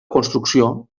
construcció